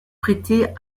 prêté